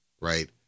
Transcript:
right